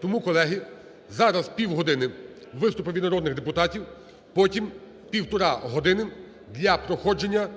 Тому, колеги, зараз півгодини виступи від народних депутатів, потім півтори години для проходження